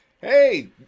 hey